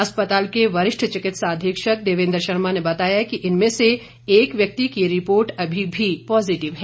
अस्पताल के वरिष्ठ चिकित्सा अधीक्षक देवेंद्र शर्मा ने बताया कि इनमें से एक व्यक्ति की रिपोर्ट अभी भी पॉजिटिव है